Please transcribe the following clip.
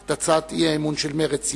אבל תוקדם הצעת האי-אמון של מרצ,